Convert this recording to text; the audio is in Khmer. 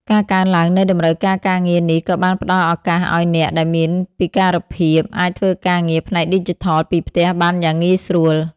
ការកើនឡើងនៃតម្រូវការការងារនេះក៏បានផ្តល់ឱកាសឱ្យអ្នកដែលមានពិការភាព អាចធ្វើការងារផ្នែកឌីជីថលពីផ្ទះបានយ៉ាងងាយស្រួល។